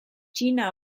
txina